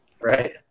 Right